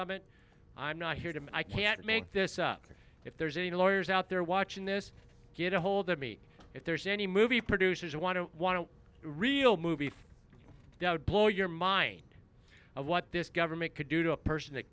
summit i'm not here to i can't make this up or if there's any lawyers out there watching this get a hold of me if there's any movie producers want to want to real movie doubt blow your mind of what this government could do to a person that